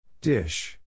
Dish